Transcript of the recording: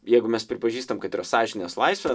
jeigu mes pripažįstame kad yra sąžinės laisvė